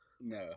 No